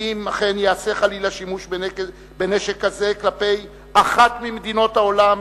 ואם אכן ייעשה חלילה שימוש בנשק כזה כלפי אחת ממדינות העולם,